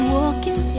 walking